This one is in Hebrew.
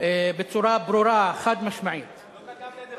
בצורה ברורה חד-משמעית, לא כתבת את זה ב"פייסבוק".